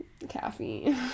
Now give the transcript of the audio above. caffeine